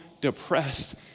depressed